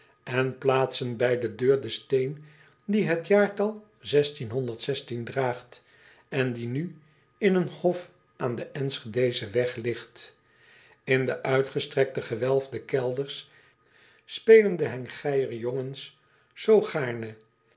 en plaatsen bij de deur den steen die het jaartal draagt en die nu in een hof aan den nschedeschen weg ligt n de uitgestrekte gewelfde kelders spelen de engeier jongens zoo gaarne